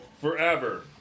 forever